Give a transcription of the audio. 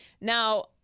Now